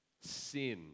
sin